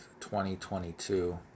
2022